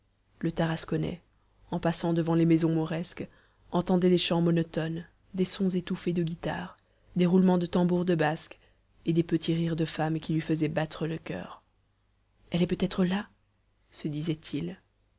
le tarasconnais en passant devant les maisons mauresques entendait des chants monotones des sons étouffés de guitare des roulements de tambours de basque et des petits rires de femme qui lui faisaient battre le coeur elle est peut-être là se disait-il